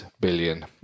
billion